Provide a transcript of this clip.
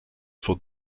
for